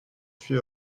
suis